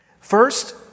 First